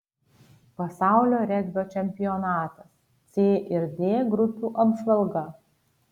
pasaulio regbio čempionatas c ir d grupių apžvalga